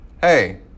hey